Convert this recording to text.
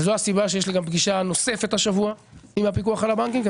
וזו הסיבה שיש לי גם פגישה נוספת השבוע עם הפיקוח על הבנקים.